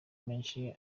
menshi